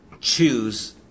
choose